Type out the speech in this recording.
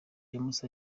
james